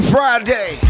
Friday